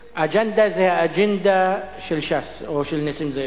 אגַ'נדה זה האג'נדה של ש"ס, או של נסים זאב.